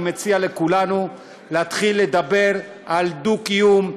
אני מציע לכולנו להתחיל לדבר על דו-קיום,